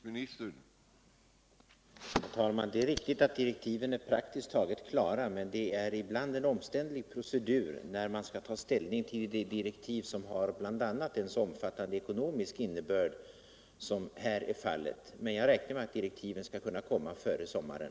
Herr talman! Det är riktigt att direktiven är praktiskt taget klara. Men det är ibland en omständlig procedur att ta ställning till direktiv som bl.a. har så omfattande ekonomisk innebörd som här är fallet. Men jag räknar med att direktiven skall kunna komma före sommaren.